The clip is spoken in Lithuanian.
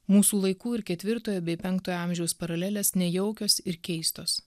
mūsų laikų ir ketvirtojo bei penktojo amžiaus paralelės nejaukios ir keistos